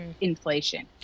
inflation